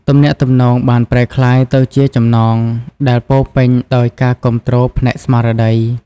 ទំនាក់ទំនងបានប្រែក្លាយទៅជាចំណងដែលពោរពេញដោយការគាំទ្រផ្នែកស្មារតី។